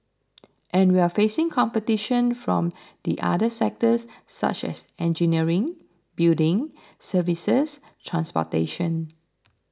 and we're facing competition from the other sectors such as engineering building services transportation